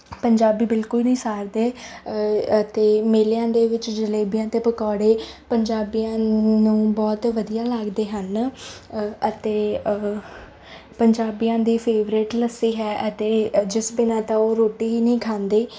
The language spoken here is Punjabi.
ਪੰਜਾਬੀ ਬਿਲਕੁਲ ਨਹੀਂ ਸਾਰਦੇ ਅਤੇ ਮੇਲਿਆਂ ਦੇ ਵਿੱਚ ਜਲੇਬੀਆਂ ਅਤੇ ਪਕੌੜੇ ਪੰਜਾਬੀਆਂ ਨੂੰ ਬਹੁਤ ਵਧੀਆ ਲੱਗਦੇ ਹਨ ਅਤੇ ਪੰਜਾਬੀਆਂ ਦੀ ਫੇਵਰੇਟ ਲੱਸੀ ਹੈ ਅਤੇ ਜਿਸ ਬਿਨਾਂ ਤਾਂ ਉਹ ਰੋਟੀ ਹੀ ਨਹੀਂ ਖਾਂਦੇ